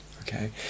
okay